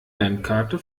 landkarte